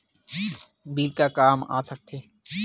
Bill का काम आ थे?